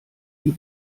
die